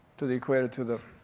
to the equator, to the